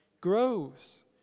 grows